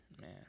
Man